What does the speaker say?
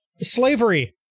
Slavery